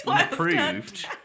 approved